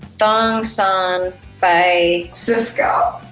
thong song by sisqo,